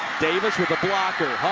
davis with the blocker.